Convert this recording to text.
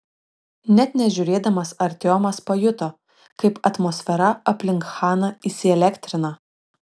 net nežiūrėdamas artiomas pajuto kaip atmosfera aplink chaną įsielektrina